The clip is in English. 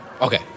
Okay